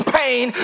pain